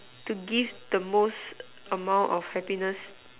to give the most amount of happiness